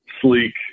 sleek